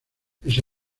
pese